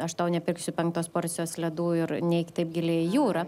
aš tau nepirksiu penktos porcijos ledų ir neik taip giliai į jūrą